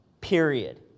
period